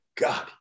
God